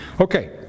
Okay